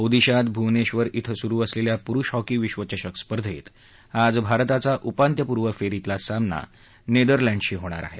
ओदिशात भुवनेधर ॐ सुरु असलेल्या पुरुष हॉकी विश्वचषक स्पर्धेत आज भारताचा उपांत्यपूर्व फेरीतला सामना नेदरलँडशी होणार आहे